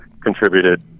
contributed